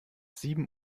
sieben